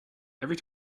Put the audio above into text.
every